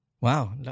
Wow